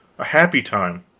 a happy time,